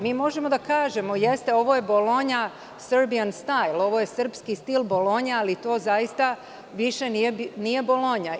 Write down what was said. Mi možemo da kažemo – jeste, ovo je „Bolonja“ - serbian style, ovo je srpski stil „Bolonje“, ali to zaista više nije „Bolonja“